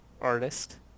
artist